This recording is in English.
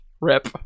Rip